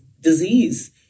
disease